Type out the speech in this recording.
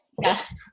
yes